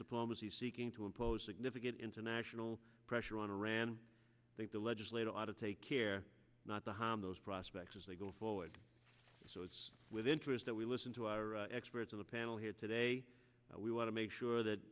diplomacy seeking to impose significant international pressure on iran i think the legislative out of take care not to harm those prospects as they go forward so it's with interest that we listen to our experts on the panel here today we want to make sure that